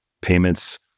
payments